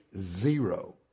Zero